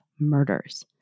Murders